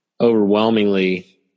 overwhelmingly